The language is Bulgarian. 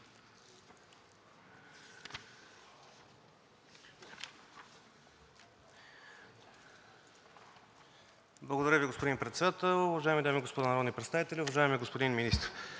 Уважаеми господин Председател, уважаеми дами и господа народни представители, уважаеми господин Вигенин!